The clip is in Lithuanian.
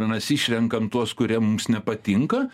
mes išrenkam tuos kurie mums nepatinka